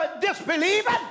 disbelieving